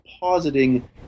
positing